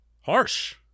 Harsh